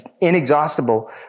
inexhaustible